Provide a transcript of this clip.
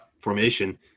formation